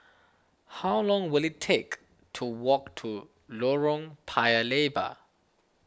how long will it take to walk to Lorong Paya Lebar